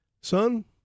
Son